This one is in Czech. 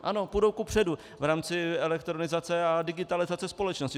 Ano, půjdou kupředu v rámci elektronizace a digitalizace společnosti.